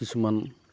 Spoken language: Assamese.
কিছুমান